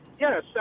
Yes